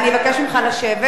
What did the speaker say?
אני אבקש ממך לשבת.